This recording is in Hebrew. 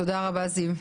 תודה רבה, זיו.